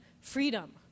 freedom